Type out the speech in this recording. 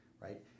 right